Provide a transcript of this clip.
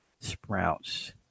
sprouts